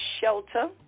shelter